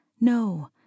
no